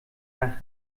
nach